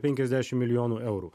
penkiasdešim milijonų eurų